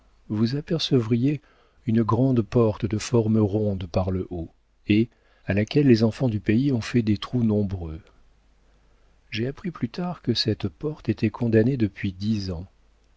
vous apercevriez une grande porte de forme ronde par le haut et à laquelle les enfants du pays ont fait des trous nombreux j'ai appris plus tard que cette porte était condamnée depuis dix ans